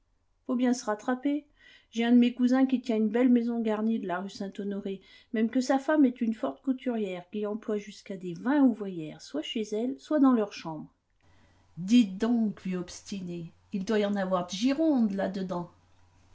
faut bien se rattraper j'ai un de mes cousins qui tient une belle maison garnie de la rue saint-honoré même que sa femme est une forte couturière qui emploie jusqu'à des vingt ouvrières soit chez elle soit dans leur chambre dites donc vieux obstiné il doit y en avoir de girondes là-dedans